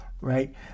right